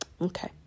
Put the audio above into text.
Okay